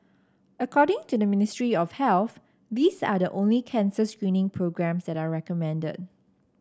according to the Ministry of Health these are the only cancer screening programmes that are recommended